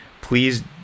please